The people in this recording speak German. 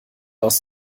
aus